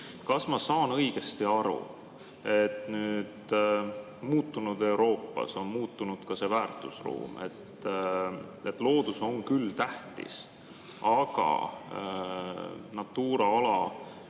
Kas ma saan õigesti aru, et nüüd muutunud Euroopas on muutunud ka väärtusruum? Loodus on küll tähtis, aga Natura ala